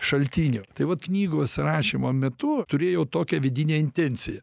šaltinio tai vat knygos rašymo metu turėjau tokią vidinę intenciją